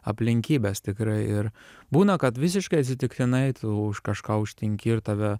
aplinkybes tikrai ir būna kad visiškai atsitiktinai tu už kažką užtinki ir tave